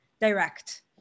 direct